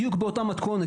בדיוק באותה מתכונת,